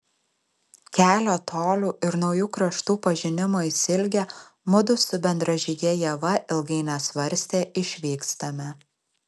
kelio tolių ir naujų kraštų pažinimo išsiilgę mudu su bendražyge ieva ilgai nesvarstę išvykstame